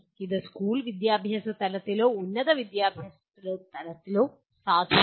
ഇത് സ്കൂൾ വിദ്യാഭ്യാസ തലത്തിലോ ഉന്നത വിദ്യാഭ്യാസ തലത്തിലോ സാധുവാണ്